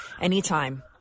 anytime